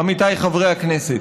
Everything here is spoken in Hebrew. עמיתיי חברי הכנסת.